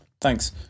thanks